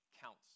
counts